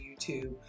youtube